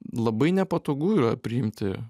labai nepatogu yra priimti